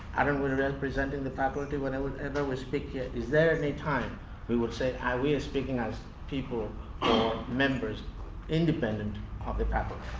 are and we representing the faculty whenever whenever we're speaking, is there anytime we will say ah we're speaking as people or members independent of the faculty?